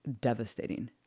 devastating